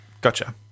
Gotcha